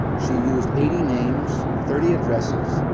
she used eighty names, thirty addresses,